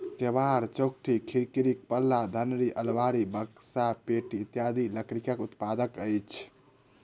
केबाड़, चौखटि, खिड़कीक पल्ला, धरनि, आलमारी, बकसा, पेटी इत्यादि लकड़ीक उत्पाद अछि